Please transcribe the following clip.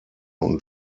und